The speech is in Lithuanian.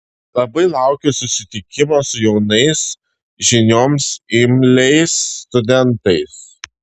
labai laukiu susitikimo su jaunais žinioms imliais studentais